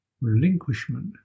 relinquishment